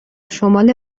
شمال